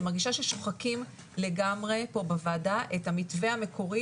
אני מרגישה ששוחקים לגמרי פה בוועדה את המתווה המקורי